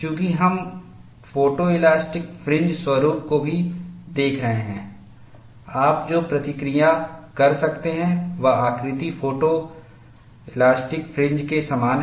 चूंकि हम photoelastic fringe स्वरूप को भी देख रहे हैं आप जो प्रतिक्रिया कर सकते हैं वह आकृति फोटोइलास्टिक फ्रिन्ज के समान है